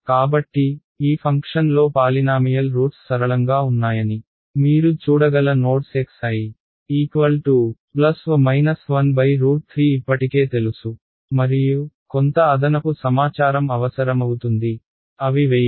కాబట్టి ఈ ఫంక్షన్లో పాలినామియల్ రూట్స్ సరళంగా ఉన్నాయని మీరు చూడగల నోడ్స్ xi ±1√3 ఇప్పటికే తెలుసు మరియు కొంత అదనపు సమాచారం అవసరమవుతుంది అవి వెయిట్స్